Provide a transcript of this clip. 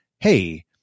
Hey